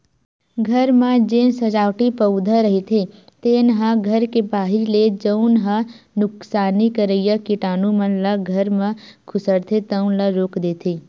घर म जेन सजावटी पउधा रहिथे तेन ह घर के बाहिर ले जउन ह नुकसानी करइया कीटानु मन ल घर म खुसरथे तउन ल रोक देथे